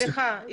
סליחה,